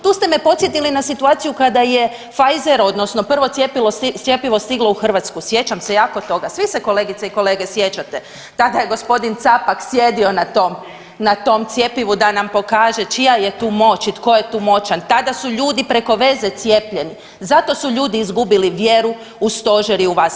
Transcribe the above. Tu ste me podsjetili na situaciju kada je Pfizer odnosno prvo cjepivo stiglo u Hrvatsku, sjećam se jako toga, svi se kolegice i kolege sjećate, tada je g. Capak sjedio na tom, na tom cjepivu da nam pokaže čija je tu moć i tko je tu moćan, tada su ljudi preko veze cijepljeni, zato su ljudi izgubili vjeru u stožer i u vas.